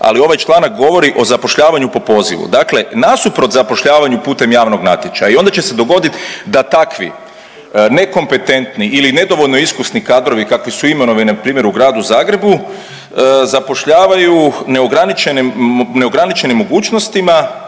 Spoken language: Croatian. ali ovaj članak govori o zapošljavanju po pozivu. Dakle, nasuprot zapošljavanju putem javnog natječaja i onda će se dogoditi da takvi nekompetentni ili nedovoljno iskusni kadrovi kakvi su imenovani na primjer u gradu Zagrebu zapošljavaju neograničene mogućnostima